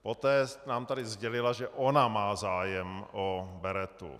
Poté nám tady sdělila, že ona má zájem o Berettu.